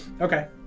Okay